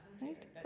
right